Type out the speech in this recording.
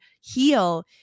heal